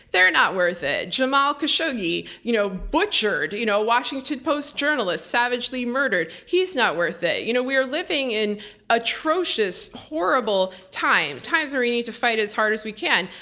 they're not worth it. jamal khashoggi you know butchered, you know washington post journalists savagely murdered. he's not worth it. you know we're living in atrocious horrible times. times where we need to fight as hard as we can.